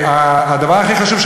הדבר הכי חשוב,